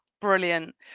brilliant